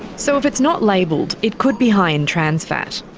so if it's not labelled, it could be high in trans fat.